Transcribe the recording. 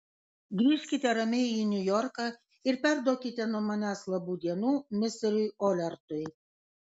grįžkite ramiai į niujorką ir perduokite nuo manęs labų dienų misteriui olertui